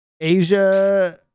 Asia